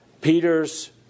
Peter's